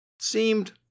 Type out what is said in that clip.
seemed